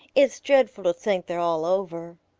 it's dreadful to think they're all over.